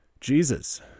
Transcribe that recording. Jesus